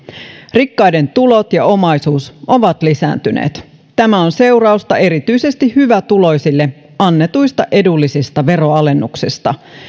rikkaiden tulot ja omaisuus ovat lisääntyneet tämä on seurausta erityisesti hyvätuloisille annetuista edullisista veroalennuksista